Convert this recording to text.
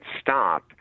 stop